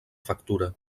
factura